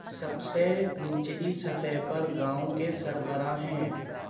سب سے نچلی سطح پر گاؤں کے سربراہ ہیں